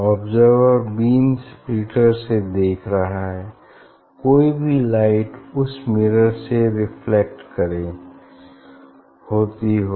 observer beam splitter से देख रहा है कोई भी लाइट उस मिरर से रिफ्लेक्ट होती हो